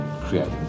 creating